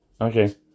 Okay